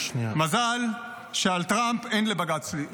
מזל שעל טראמפ אין לבג"ץ שליטה.